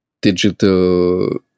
digital